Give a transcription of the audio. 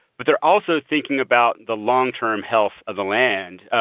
but they're also thinking about the long-term health of the land,